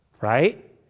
right